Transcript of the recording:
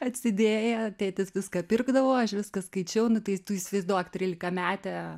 atsidėję tėtis viską pirkdavo aš viską skaičiau nu tai tu įsivaizduok trylikametė